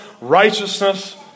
righteousness